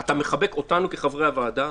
אתה מחבק אותנו כחברי הוועדה,